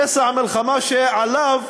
פשע מלחמה שעליו